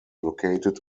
located